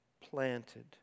planted